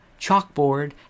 chalkboard